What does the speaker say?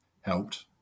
helped